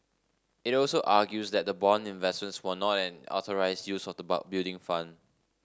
it also argues that the bond investments were not an authorised use of the Building Fund